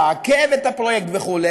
לעכב את הפרויקט וכו'.